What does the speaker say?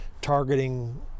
targeting